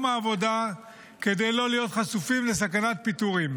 העבודה כדי לא להיות חשופים לסכנת פיטורים.